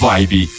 Vibe